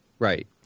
Right